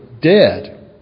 dead